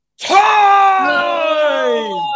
time